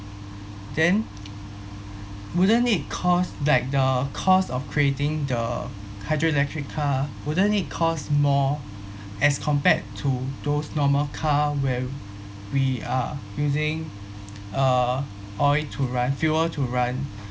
then wouldn't it costs like the cost of creating the hydroelectric car wouldn't it costs more as compared to those normal car where we are using uh oil to run fuel to run